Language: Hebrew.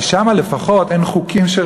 כי שם לפחות אין חוקים,